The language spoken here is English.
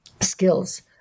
skills